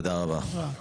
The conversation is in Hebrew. תודה רבה.